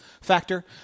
factor